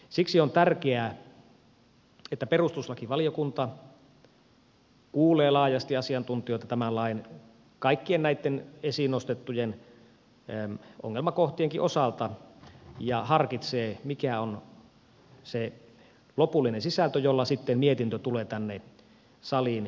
siksi on tärkeää että perustuslakivaliokunta kuulee laajasti asiantuntijoita tämän lain kaikkien näitten esiin nostettujen ongelmakohtienkin osalta ja harkitsee mikä on se lopullinen sisältö jolla sitten mietintö tulee tänne saliin lopulta